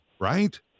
right